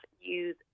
use